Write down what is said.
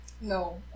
No